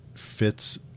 fits